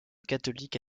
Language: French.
catholique